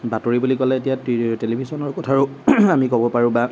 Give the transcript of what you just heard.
বাতৰি বুলি ক'লে এতিয়া টেলিভিশ্যনৰ কথাও আমি ক'ব পাৰোঁ বা